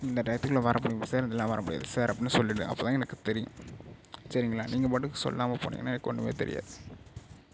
இந்த டயத்துக்குள்ளே வரமுடியும் சார் எங்களால் வரமுடியாது சார் அப்படினு சொல்லிடு அப்ப தான் எனக்குத் தெரியும் சரிங்களா நீங்கள் பாட்டுக்கு சொல்லாமப் போனீங்கனா எனக்கு ஒன்றுமே தெரியாது